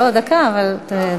לא עוד דקה, אבל תדבר.